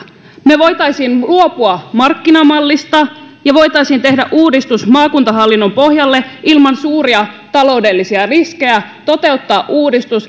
me voisimme luopua markkinamallista ja tehdä uudistuksen maakuntahallinnon pohjalle ilman suuria taloudellisia riskejä toteuttaa uudistuksen